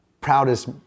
proudest